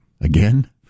Again